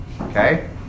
Okay